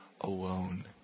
alone